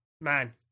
Man